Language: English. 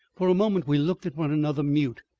for a moment we looked at one another, mute,